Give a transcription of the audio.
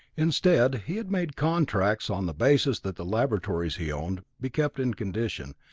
instead he had made contracts on the basis that the laboratories he owned be kept in condition,